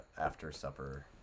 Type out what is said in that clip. after-supper